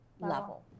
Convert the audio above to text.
Level